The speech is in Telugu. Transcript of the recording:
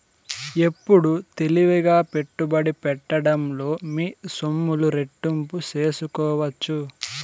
ఎప్పుడు తెలివిగా పెట్టుబడి పెట్టడంలో మీ సొమ్ములు రెట్టింపు సేసుకోవచ్చు